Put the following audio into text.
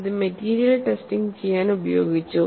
ഇത് material testing ചെയ്യാൻ ഉപയോഗിച്ചു